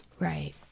Right